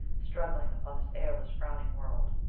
struggling upon this airless, frowning world.